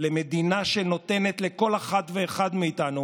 זה החלפת מנגנון